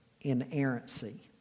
inerrancy